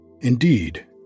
Indeed